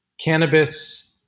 cannabis